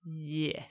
Yes